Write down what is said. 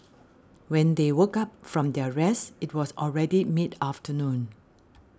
when they woke up from their rest it was already mid afternoon